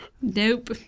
Nope